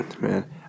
Man